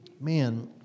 Man